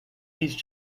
these